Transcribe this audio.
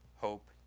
hope